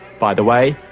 by the way,